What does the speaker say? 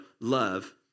love